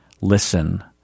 Listen